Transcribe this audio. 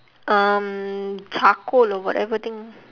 um charcoal or whatever thing